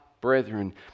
brethren